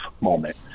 moment